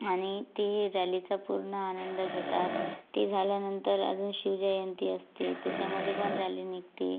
आणि ते रॅलीचा पूर्ण आनंद घेतात ते झाल्यानंतर अजून शिवजयंती असते त्याच्यामध्येपण रॅली निघती